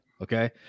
Okay